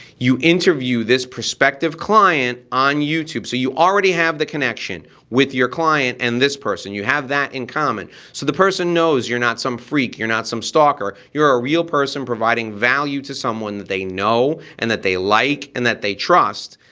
you interview this prospective client on youtube. so you already have the connection with your client and this person, you have that in common. so the person knows you're not some freak, you're not some stalker. you're a real person providing value to someone they know and that they like and that they trust.